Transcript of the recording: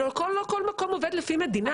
לא כל מקום עובד לפי מדינה.